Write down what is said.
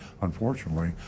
unfortunately